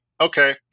okay